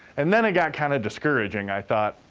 and then, it got kinda discouraging. i thought,